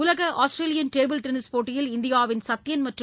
உலக Australian table tennis போட்டியில் இந்தியாவின் சத்தியன் மற்றும்